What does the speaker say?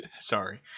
Sorry